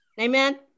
Amen